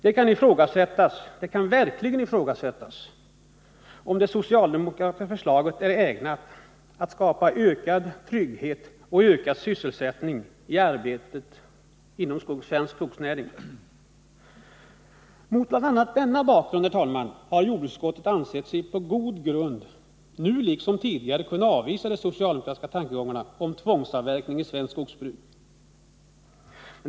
Det kan verkligen ifrågasättas, om det socialdemokratiska förslaget är ägnat att skapa ökad trygghet och ökad sysselsättning inom svensk skogsnäring. Mot denna bakgrund, herr talman, anser sig jordbruksutskottet ha goda skäl att nu, liksom tidigare, avvisa de socialdemokratiska tankegångarna om tvångsavverkning i svenskt skogsbruk.